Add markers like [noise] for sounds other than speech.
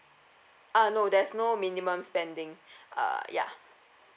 uh no there's no minimum spending [breath] uh yeah